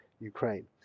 ukraine